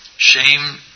Shame